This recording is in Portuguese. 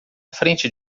frente